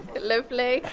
lovely.